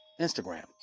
Instagram